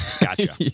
Gotcha